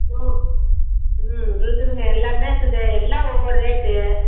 ம் ம் இருக்குதுங்க எல்லாமே இருக்குது எல்லாம் ஒவ்வொரு ரேட்டு